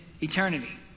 eternity